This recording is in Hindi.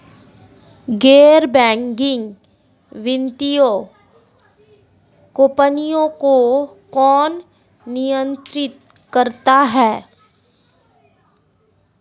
गैर बैंकिंग वित्तीय कंपनियों को कौन नियंत्रित करता है?